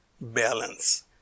balance